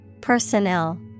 personnel